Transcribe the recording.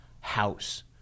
house